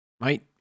Right